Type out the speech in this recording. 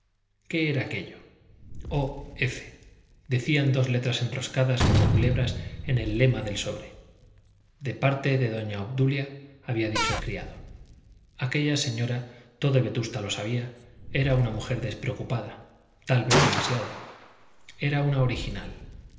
qué era aquello o f decían dos letras enroscadas como culebras en el lema del sobre de parte de doña obdulia había dicho el criado aquella señora todo vetusta lo sabía era una mujer despreocupada tal vez demasiado era una original